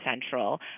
Central